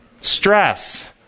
Stress